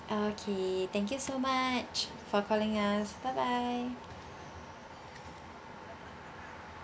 okay thank you so much for calling us bye bye